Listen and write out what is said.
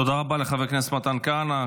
תודה רבה לחבר הכנסת מתן כהנא.